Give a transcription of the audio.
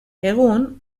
egun